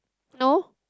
no